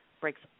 breaks